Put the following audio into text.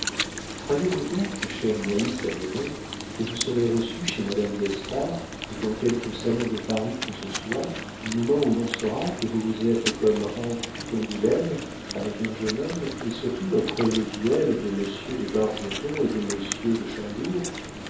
croyez-vous donc chère naïs adorée que vous serez reçue chez madame d'espard ou dans quelque salon de paris que ce soit du moment où l'on saura que vous vous êtes comme enfuie d'angoulême avec un jeune homme et surtout après le duel de monsieur de bargeton et de monsieur chandour le séjour de